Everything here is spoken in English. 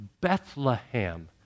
Bethlehem